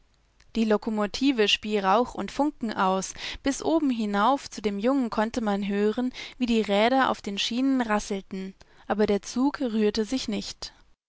die lokomotive spie rauch und funken aus bis oben hinauf zu dem jungen konnte man hören wie die räder auf den schienen rasselten aber der zug rührte sich nicht